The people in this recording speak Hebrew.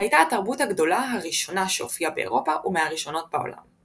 הייתה התרבות הגדולה הראשונה שהופיעה באירופה ומהראשונות בעולם.